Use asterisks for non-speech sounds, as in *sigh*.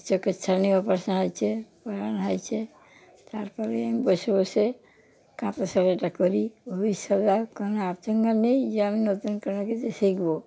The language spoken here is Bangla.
চোখের ছানি অপারেশন হয়েছে *unintelligible* হয়েছে তার পরে আমি বসে বসে কাঁথা সেলাইটা করি ভবিষ্যতে আর কোনো *unintelligible* নেই যে আমি নতুন কোনো কিছু শিখব